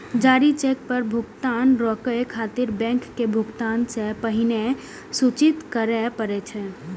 जारी चेक पर भुगतान रोकै खातिर बैंक के भुगतान सं पहिने सूचित करय पड़ै छै